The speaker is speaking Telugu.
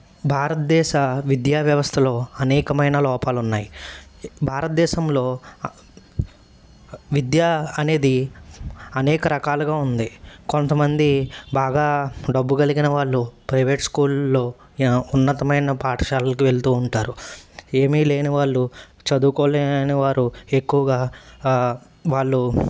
భారతదేశ విద్యా వ్యవస్థలో అనేకమైన లోపాలు ఉన్నాయి భారతదేశంలో విద్యా అనేది అనేక రకాలుగా ఉంది కొంతమంది బాగా డబ్బు కలిగిన వాళ్ళు ప్రైవేట్ స్కూల్లో ఉన్నతమైన పాఠశాలకు వెళ్తూ ఉంటారు ఏమీ లేని వాళ్ళు చదువుకోలేని వారు ఎక్కువగా వాళ్ళు